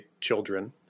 children